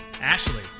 Ashley